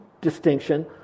distinction